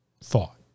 thought